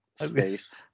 space